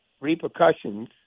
repercussions